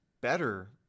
better